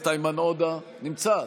נמצא?